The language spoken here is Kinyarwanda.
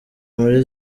muri